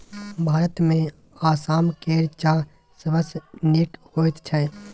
भारतमे आसाम केर चाह सबसँ नीक होइत छै